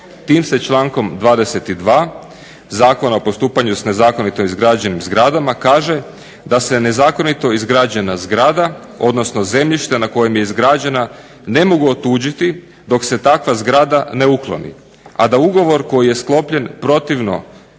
Tim se člankom 22. Zakona o postupanju s nezakonito izgrađenim zgradama kaže da se nezakonito izgrađena zgrada, odnosno zemljište na kojem je izgrađena ne mogu otuđiti dok se takva zgrada ne ukloni, a da ugovor koji je sklopljen protivno